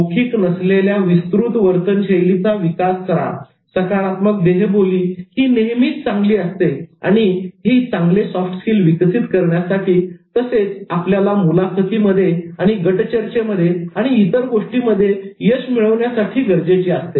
मौखिक नसलेल्या विस्तृत वर्तन शैलीचा विकास करा सकारात्मक देहबोली ही नेहमीच चांगली असते आणि ही चांगले सॉफ्ट स्किल विकसित करण्यासाठी तसेच आपल्याला मुलाखतीमध्ये आणि गट चर्चेमध्ये आणि इतर गोष्टींमध्ये यश मिळवण्यासाठी गरजेची असते